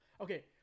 Okay